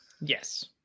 Yes